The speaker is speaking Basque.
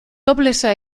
toplessa